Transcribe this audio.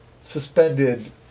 suspended